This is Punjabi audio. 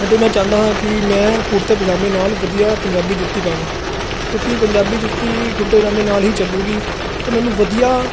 ਅਤੇ ਮੈਂ ਚਾਹੁੰਦਾ ਹਾਂ ਕਿ ਮੈਂ ਕੁੜਤੇ ਪਜਾਮੇ ਨਾਲ ਵਧੀਆ ਪੰਜਾਬੀ ਜੁੱਤੀ ਪਾਵਾਂ ਕਿਉਂਕਿ ਪੰਜਾਬੀ ਜੁੱਤੀ ਕੁੜਤੇ ਪਜਾਮੇ ਨਾਲ ਹੀ ਚੱਲੂਗੀ ਅਤੇ ਮੈਨੂੰ ਵਧੀਆ